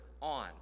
on